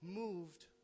moved